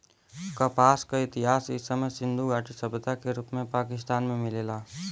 कपास क इतिहास इ समय सिंधु घाटी सभ्यता के रूप में पाकिस्तान में मिलेला